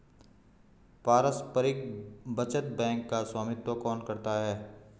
पारस्परिक बचत बैंक का स्वामित्व कौन करता है?